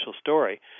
story